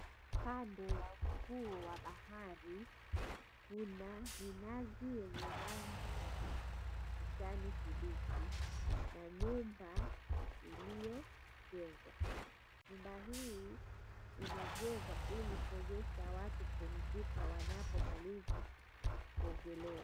Kando ya ufuo wa bahari, kuna minazi yenye rangi ya kijani kibichi na nyumba iliyojengwa. Nyumba hii imejengwa ili kuwezesha watu kupumzika wanapomaliza kuogelea.